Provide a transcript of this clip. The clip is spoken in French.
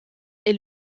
est